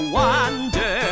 wonder